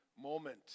moment